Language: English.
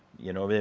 you know.